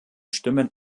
stimmen